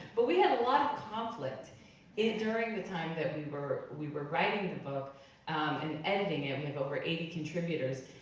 but we had a lot of conflict during the time that we were we were writing the book and editing it, we have over eighty contributors,